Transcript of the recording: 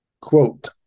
Quote